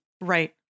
Right